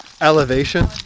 Elevation